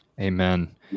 Amen